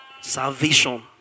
salvation